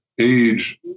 age